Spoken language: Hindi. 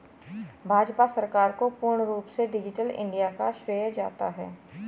भाजपा सरकार को पूर्ण रूप से डिजिटल इन्डिया का श्रेय जाता है